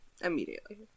Immediately